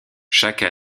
chaque